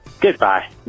Goodbye